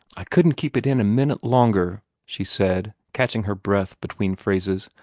i couldn't keep it in a minute longer! she said, catching her breath between phrases.